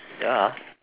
ya